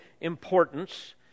importance